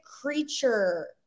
creature